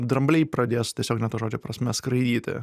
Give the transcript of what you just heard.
drambliai pradės tiesiogine to žodžio prasme skraidyti